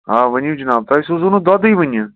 آ ؤنِو جناب تۄہہِ سوٗزوٕ نہٕ دۄدٕے وٕنہِ